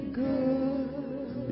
good